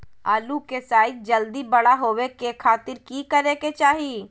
आलू के साइज जल्दी बड़ा होबे के खातिर की करे के चाही?